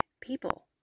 people